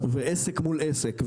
ועסק מול עסק,